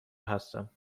هستم